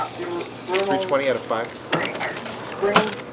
there were fertile spring, higher spring